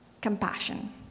compassion